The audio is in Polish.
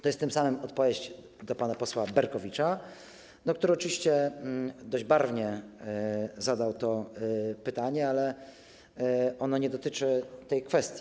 To jest tym samym odpowiedź dla pana posła Berkowicza, który oczywiście dość barwnie zadał to pytanie, ale ono nie dotyczy tej kwestii.